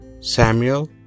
Samuel